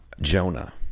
Jonah